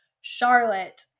Charlotte